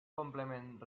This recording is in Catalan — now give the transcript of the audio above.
complement